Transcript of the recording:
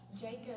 Jacob